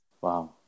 Wow